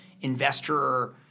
investor